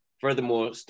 Furthermore